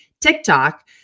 TikTok